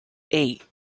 eight